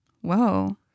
Whoa